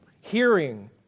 Hearing